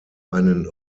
einen